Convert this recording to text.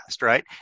right